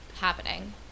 happening